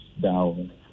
down